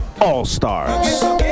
All-Stars